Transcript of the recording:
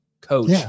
coach